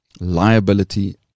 liability